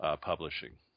publishing